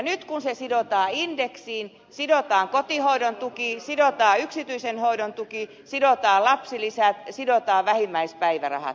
nyt kun se sidotaan indeksiin sidotaan kotihoidon tuki sidotaan yksityisen hoidon tuki sidotaan lapsilisät sidotaan vähimmäispäivärahat